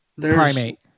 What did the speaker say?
primate